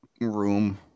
room